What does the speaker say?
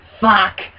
fuck